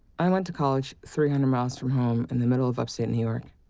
i went to college three hundred miles from home, in the middle of upstate new york.